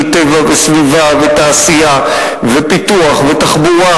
טבע וסביבה ותעשייה ופיתוח ותחבורה,